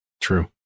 True